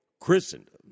Christendom